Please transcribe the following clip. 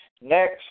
next